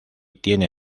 tiene